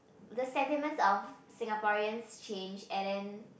the sentiments of Singaporeans change and then